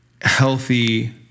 healthy